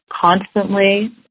constantly